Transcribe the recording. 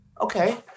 Okay